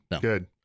good